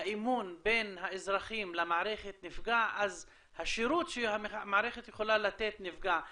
האמון בין האזרחים למערכת נפגע אז השירות שהמערכת יכולה לתת נפגע.